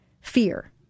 fear